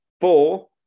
four